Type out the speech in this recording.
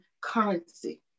currency